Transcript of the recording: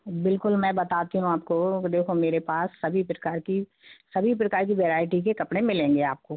बिल्कुल मैं बताती हूँ आपको कि देखो मेरे पास सभी प्रकार की सभी प्रकार की वेराइटी के कपड़े मिलेंगे आपको